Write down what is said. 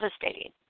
devastating